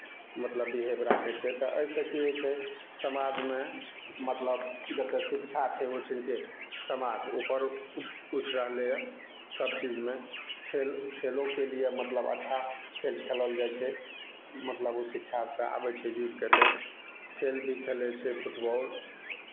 मतलब बिहेव राखै छै तऽ एहिसँ की होइ छै समाजमे मतलब जतय शिक्षा छै ओहिठिनके समाज ऊपर उ उठि रहलैए सभ चीजमे खेल खेलोके लिए मतलब अच्छा खेल खेलल जाइ छै मतलब ओ शिक्षासँ आबै छै जुड़ि कऽ तऽ खेल भी खेलै छै फुटबॉल